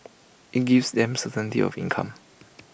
IT gives them certainty of income